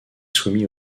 soumis